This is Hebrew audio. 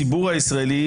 הציבור הישראלי,